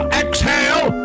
exhale